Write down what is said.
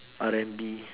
R and B